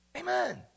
Amen